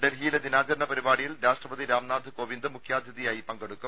ഡൽഹിയിലെ ദിനാചരണ പരിപാടിയിൽ രാഷ്ട്രപതി രാംനാഥ് കോവിന്ദ് മുഖ്യാതിഥിയായി പങ്കെടുക്കും